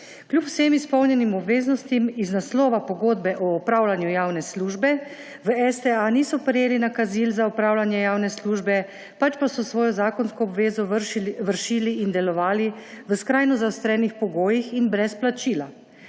Kljub vsem izpolnjenim obveznostim iz naslova pogodbe o opravljanju javne službe v STA niso prejeli nakazil za opravljanje javne službe, pač pa so svojo zakonsko obvezo vršili in delovali v skrajno zaostrenih pogojih in brez plačila.